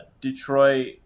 Detroit